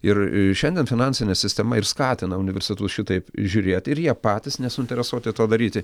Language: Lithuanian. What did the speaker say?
ir šiandien finansinė sistema ir skatina universitetus šitaip žiūrėti ir jie patys nesuinteresuoti to daryti